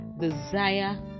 desire